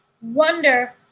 wonder